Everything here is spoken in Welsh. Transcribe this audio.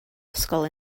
ysgol